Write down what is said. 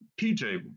pj